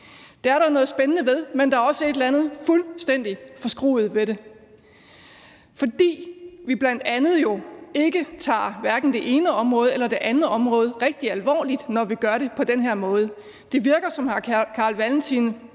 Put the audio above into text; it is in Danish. Det er der jo noget spændende ved, men der er også et eller andet fuldstændig forskruet ved det, bl.a. fordi vi ikke tager hverken det ene område eller det andet område rigtig alvorligt, når vi gør det på den her måde. Det virker nemlig, som hr. Carl Valentin